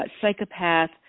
psychopath